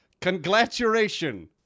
congratulation